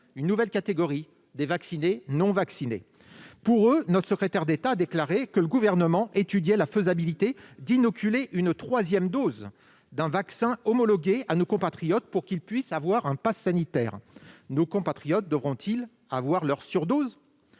une nouvelle catégorie : les vaccinés non vaccinés. Pour eux, notre secrétaire d'État a déclaré que le Gouvernement étudiait la faisabilité de l'inoculation d'une troisième dose d'un vaccin homologué afin qu'ils puissent détenir un passe sanitaire. Nos compatriotes devront-ils avoir leur surdose ?